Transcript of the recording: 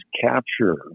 capture